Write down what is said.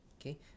okay